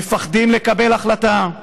מפחדים לקבל החלטה,